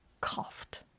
coughed